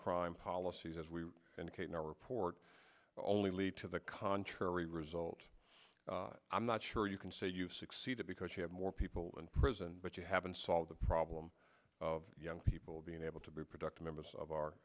crime policies as we indicate now reports only lead to the contrary result i'm not sure you can say you've succeeded because you have more people in prison but you haven't solved the problem of young people being able to be productive members of our